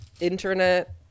internet